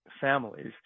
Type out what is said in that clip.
families